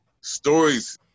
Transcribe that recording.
stories